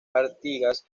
artigas